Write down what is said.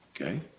okay